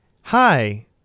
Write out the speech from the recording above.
hi